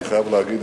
אני חייב להגיד,